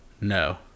no